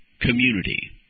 community